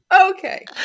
Okay